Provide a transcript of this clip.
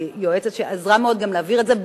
שהיא יועצת שעזרה מאוד גם להעביר את זה,